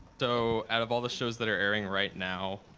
so, out of all the shows that are airing right now,